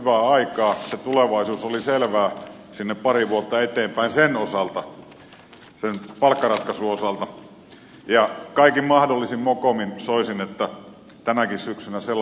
se tulevaisuus oli selvää sinne pari vuotta eteenpäin sen osalta sen palkkaratkaisun osalta ja kaikin mahdollisin mokomin soisin että tänäkin syksynä sellainen aikaansaadaan